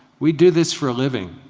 we do this for a living.